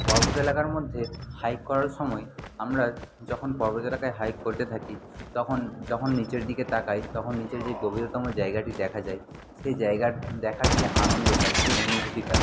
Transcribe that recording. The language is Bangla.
পর্বত এলাকার মধ্যে হাইক করার সময় আমরা যখন পর্বত এলাকায় হাইক করতে থাকি তখন যখন নীচের দিকে তাকাই তখন নীচের যে গভীরতম জায়গাটি দেখা যায় সেই জায়গার দেখার যে আনন্দটা যে অনুভূতিটা